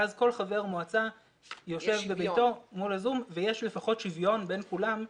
ואז כל חבר מועצה יושב בביתו מול הזום ויש לפחות שוויון בין כולם.